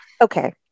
okay